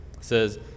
says